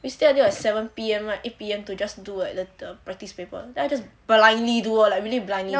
we stay until seven P_M right eight P_M to just do the the practice paper then I just blindly do like really blindly